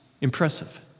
impressive